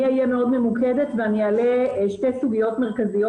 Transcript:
אני אהיה מאוד ממוקדת ואני אעלה שתי סוגיות מרכזיות